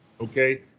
okay